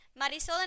Marisol